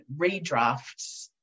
redrafts